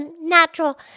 natural